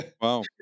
Wow